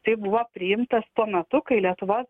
taip buvo priimtas tuo metu kai lietuvos